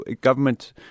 government